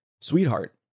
sweetheart